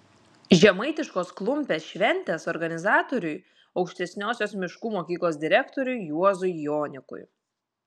žemaitiškos klumpės šventės organizatoriui aukštesniosios miškų mokyklos direktoriui juozui jonikui